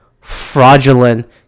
fraudulent